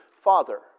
Father